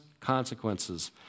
consequences